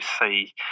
see